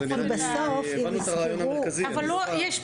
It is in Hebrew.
נראה לי שהבנו את הרעיון המרכזי.